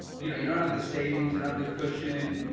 you know, you don't have the savings, you don't have the cushion, you